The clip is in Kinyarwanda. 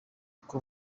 kuko